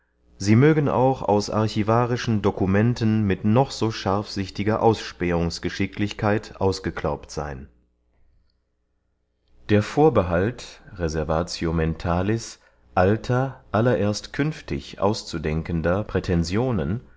sie mögen auch aus archivarischen dokumenten mit noch so scharfsichtiger ausspähungsgeschicklichkeit ausgeklaubt seyn der vorbehalt reseruatio mentalis alter allererst künftig auszudenkender